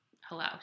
hello